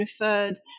referred